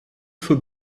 für